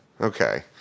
Okay